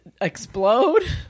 explode